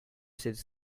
cette